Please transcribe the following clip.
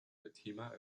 fatima